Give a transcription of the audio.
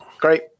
great